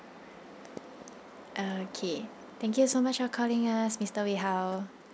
okay thank you so much for calling us mister wei hao